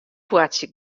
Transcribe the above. boartsje